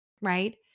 right